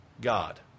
God